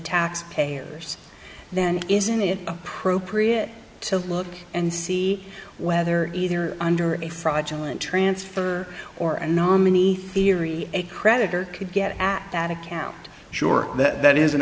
taxpayers then isn't it appropriate to look and see whether either under a fraudulent transfer or and nominee theory a creditor could get act that account sure that that is